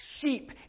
sheep